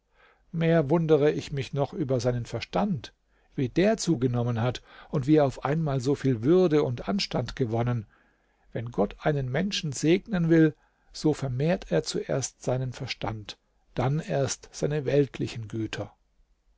mehr wundere ich mich noch über seinen verstand wie der zugenommen hat und wie er auf einmal so viel würde und anstand gewonnen wenn gott einen menschen segnen will so vermehrt er zuerst seinen verstand dann erst seine weltlichen güter